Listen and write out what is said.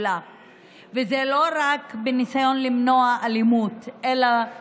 ויש לנו הרבה מה ללמוד ממדינות אחרות